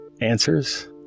Answers